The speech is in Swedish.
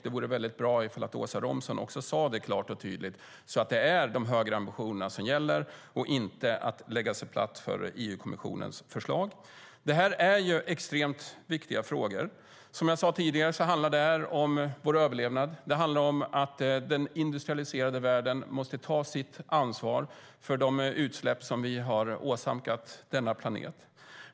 Det vore väldigt bra om Åsa Romson också sade det klart och tydligt, så att det är högre ambitioner som gäller och inte att lägga sig platt för EU-kommissionens förslag. Det här är extremt viktiga frågor. Som jag sade tidigare handlar det om vår överlevnad. Den industrialiserade världen måste ta sitt ansvar för de utsläpp som vi har åsamkat denna planet.